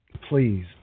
please